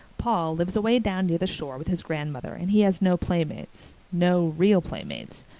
paul lives away down near the shore with his grandmother and he has no playmates. no real playmates.